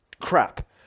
Crap